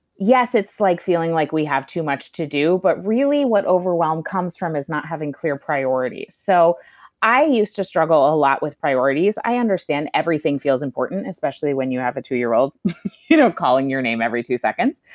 yes, it's like feeling like we have too much to do, but really, what overwhelm comes from is not having clear priorities. so i used to struggle a lot with priorities. i understand everything feels important, important, especially when you have a two year old you know calling your name every two seconds.